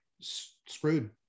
screwed